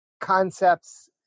concepts